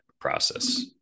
process